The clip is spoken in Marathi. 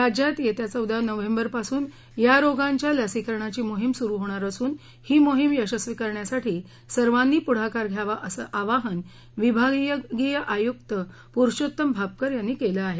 राज्यात येत्या चौदा नोव्हेंबरपासून या रोगांच्या लसीकरणाची मोहीम सुरू होणार असून ही मोहीम यशस्वी करण्यासाठी सर्वांनी पुढाकार घ्यावा असं आवाहन विभागीय आयुक्त पुरूषोत्तम भापकर यांनी केलं आहे